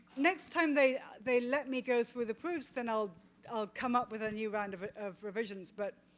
next time they they let me go through the proofs then i'll i'll come up with a new round of revisions, but